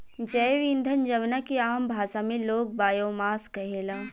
जैव ईंधन जवना के आम भाषा में लोग बायोमास कहेला